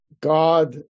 God